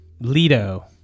Leto